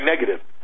negative